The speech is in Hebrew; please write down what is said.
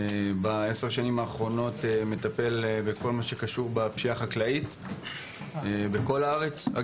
בעשר השנים האחרונות אני מטפל בכל מה שקשור בפשיעה החקלאית בכל הארץ.